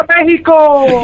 Mexico